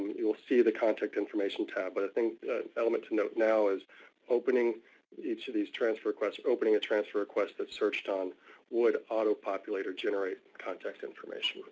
you will see the contact information tab. but i think the element to note now is opening each of these transfer requests opening a transfer request that's searched on would auto populate or generate contact information.